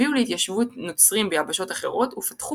הביאו להתיישבות נוצרים ביבשות אחרות ופתחו